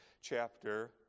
chapter